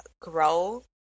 grow